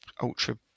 ultra